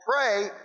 pray